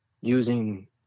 using